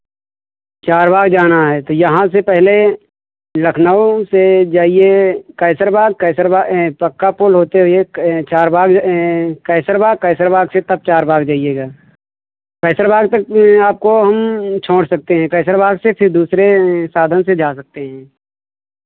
चार बाग़ जाना है तो यहाँ से पहले लखनऊ से जाइए कैसर बाग़ कैसर बा पक्का पुल होते हुए Charbagh Kaiserbagh Kaiserbagh से तब चार बाग़ जाइएगा कैसर बाग़ तक आपको हम छोड़ सकते हैं कैसर बाग़ से फिर दूसरे साधन से जा सकते हैं